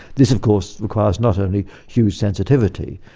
this of course requires not only huge sensitivity,